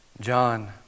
John